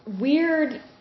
weird